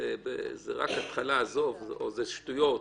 זה רק התחלה, עזוב, או זה שטויות,